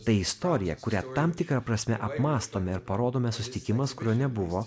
tai istorija kurią tam tikra prasme apmąstome ir parodome susitikimas kurio nebuvo